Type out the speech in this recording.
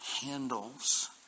handles